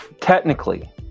technically